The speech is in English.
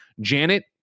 Janet